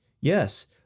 yes